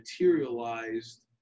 materialized